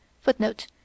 Footnote